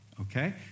okay